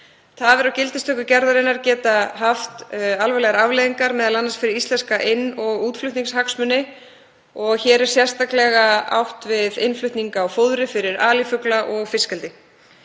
Tafir á gildistöku gerðarinnar geta haft alvarlegar afleiðingar, m.a. fyrir íslenska inn- og útflutningshagsmuni. Hér er sérstaklega átt við innflutning á fóðri fyrir alifugla og fiskeldi.